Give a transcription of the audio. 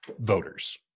voters